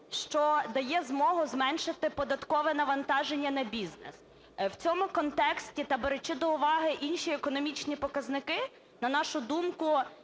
що дає змогу зменшити податкове навантаження на бізнес. В цьому контексті та беручи до уваги інші економічні показники, на нашу думку,